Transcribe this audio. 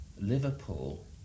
Liverpool